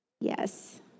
Yes